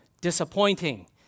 disappointing